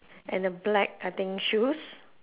and the black I think shoes